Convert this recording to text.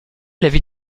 l’avis